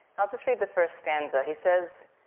i'll just read the first stanza, he says,